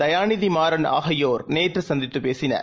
தயாநிதிமாறன்ஆகியோர்நேற்றுசந்தித்துபேசினர்